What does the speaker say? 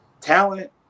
talent